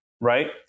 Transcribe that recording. Right